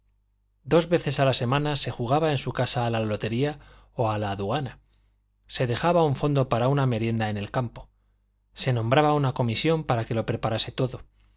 dos veces a la semana se jugaba en su casa a la lotería o a la aduana se dejaba un fondo para una merienda en el campo se nombraba una comisión para que lo preparase todo